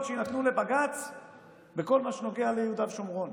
שיינתנו לבג"ץ בכל מה שנוגע ליהודה ושומרון.